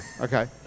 Okay